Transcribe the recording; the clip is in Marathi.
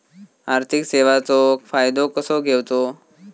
आर्थिक सेवाचो फायदो कसो घेवचो?